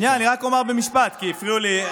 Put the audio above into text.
שנייה, אני רק אומר במשפט, כי הם הפריעו לי.